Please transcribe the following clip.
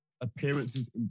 Appearances